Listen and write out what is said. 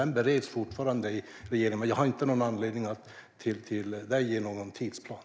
Den bereds fortfarande av regeringen, men jag har inte någon anledning att ge dig någon tidsplan.